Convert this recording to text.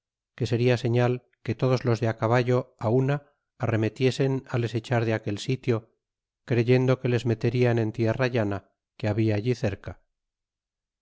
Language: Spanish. que seria señal que todos los de á caballo una arremetiesen les echar de aquel sitio creyendo que les meterian en tierra llana que habla allí cerca